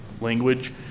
language